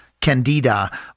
candida